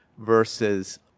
versus